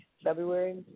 February